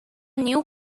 new